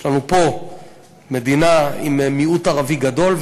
יש לנו מדינה עם מיעוט ערבי גדול,